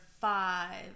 five